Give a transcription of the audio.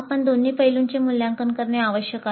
आपण दोन्ही पैलूंचे मूल्यांकन करणे आवश्यक आहे